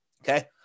Okay